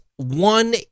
one